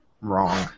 Wrong